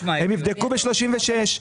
הם יבדקו ב-36'.